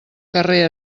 carrer